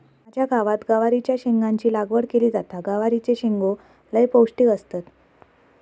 माझ्या गावात गवारीच्या शेंगाची लागवड केली जाता, गवारीचे शेंगो लय पौष्टिक असतत